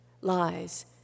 lies